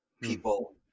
people